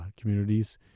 communities